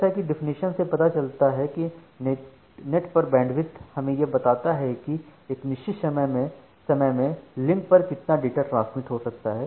जैसे की डेफिनेशन से पता चलता है की नेट पर बैंडविड्थ हमें यह बताता है की एक निश्चित समय में लिंक पर कितना डाटा ट्रांसमिट हो सकता है